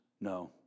No